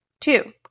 Two